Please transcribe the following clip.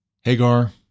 Hagar